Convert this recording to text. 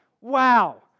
Wow